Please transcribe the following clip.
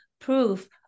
proof